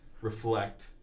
reflect